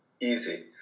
easy